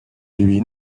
lui